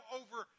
over